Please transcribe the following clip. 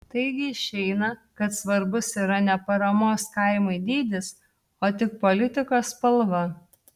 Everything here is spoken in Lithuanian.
taigi išeina kad svarbus yra ne paramos kaimui dydis o tik politikos spalva